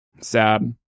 Sad